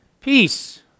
Peace